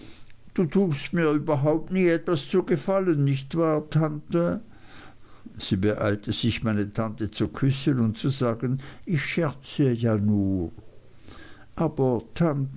du tust mir überhaupt nie etwas zu gefallen nicht wahr tante sie beeilte sich meine tante zu küssen und zu sagen ich scherze ja nur aber